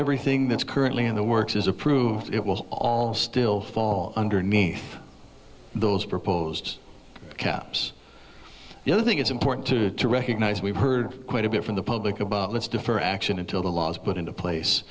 everything that's currently in the works is approved it will all still fall underneath those proposed caps the other thing is important to recognize we've heard quite a bit from the public about what's differ action until the law is put into place